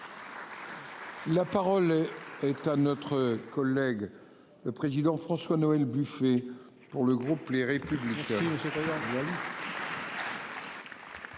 La parole est à notre collègue. Le président François Noël Buffet pour le groupe Les Républicains. Merci monsieur le président,